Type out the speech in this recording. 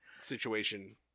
situation